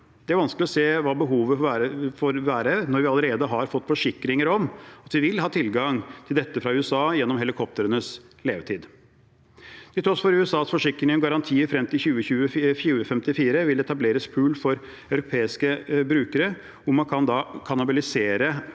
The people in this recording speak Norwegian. Det er vanskelig å se hva behovet for det vil være, når vi allerede har fått forsikringer om at vi vil ha tilgang til dette fra USA gjennom helikoptrenes levetid. Til tross for USAs forsikringer og garantier frem til 2054 vil det etableres en pool for europeiske brukere, hvor man da kan kannibalisere